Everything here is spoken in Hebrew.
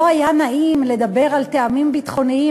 לא היה נעים לדבר על טעמים ביטחוניים,